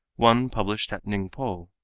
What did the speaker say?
one published at ningpo,